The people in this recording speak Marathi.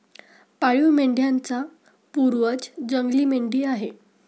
पाळीव मेंढ्यांचा पूर्वज जंगली मेंढी आहे